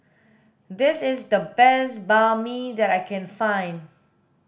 this is the best Banh Mi that I can find